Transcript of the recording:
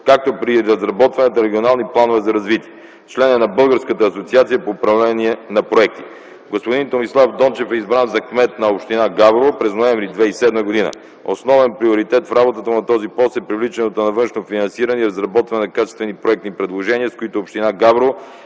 както при разработването на регионални планове за развитие. Член е на Българската асоциация по управление на проекти. Господин Томислав Дончев е избран за кмет на община Габрово през м. ноември 2007 г. Основен приоритет в работата на този пост е привличането на външно финансиране и разработване на качествени проектни предложения, с които община Габрово